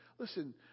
Listen